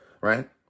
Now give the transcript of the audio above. right